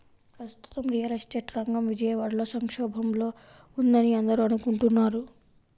ప్రస్తుతం real estate రంగం విజయవాడలో సంక్షోభంలో ఉందని అందరూ అనుకుంటున్నారు